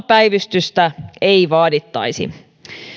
päivystystä ei vaadittaisi